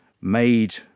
made